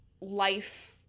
life –